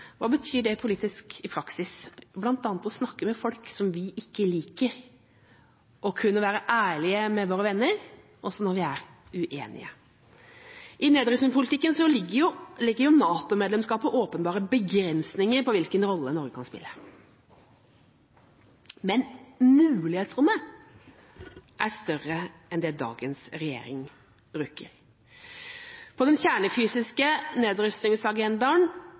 Hva betyr det politisk i praksis? Det betyr bl.a. å snakke med folk som vi ikke liker, å kunne være ærlige med våre venner – også når vi er uenige. I nedrustningspolitikken legger NATO-medlemskapet åpenbare begrensninger på hvilken rolle Norge kan spille, men mulighetsrommet er større enn det dagens regjering bruker. På den kjernefysiske